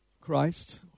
Christ